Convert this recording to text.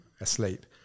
asleep